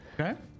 Okay